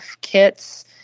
kits